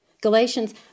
Galatians